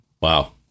Wow